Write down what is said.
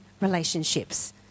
relationships